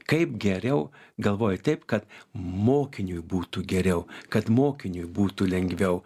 kaip geriau galvoja taip kad mokiniui būtų geriau kad mokiniui būtų lengviau